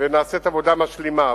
ונעשית עבודה משלימה,